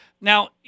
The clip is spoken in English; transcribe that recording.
Now